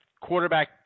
quarterback